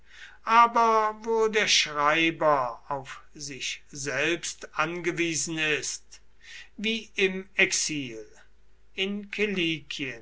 aber wo der schreiber auf sich selbst angewiesen ist wie im exil in